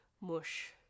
mush